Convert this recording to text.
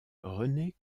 renée